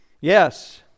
Yes